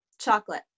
Chocolate